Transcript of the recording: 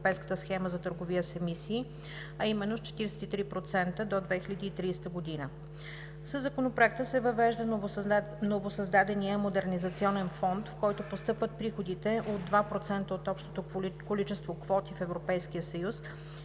се въвежда новосъздадения Модернизационен фонд, в който постъпват приходите от 2% от общото количество квоти в